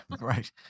right